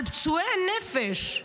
על פצועי הנפש,